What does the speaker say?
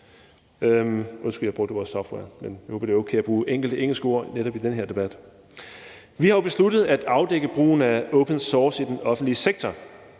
Vi har jo besluttet at afdække brugen af open source i den offentlige sektor.